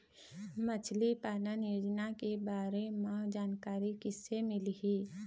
मछली पालन योजना के बारे म जानकारी किसे मिलही?